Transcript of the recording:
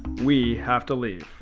we have to leave,